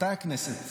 מתי הכנסת --- חזרה?